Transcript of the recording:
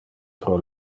pro